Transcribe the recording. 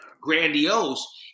grandiose